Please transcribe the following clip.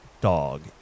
dog